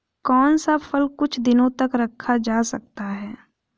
कौन सा फल कुछ दिनों तक रखा जा सकता है?